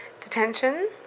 detention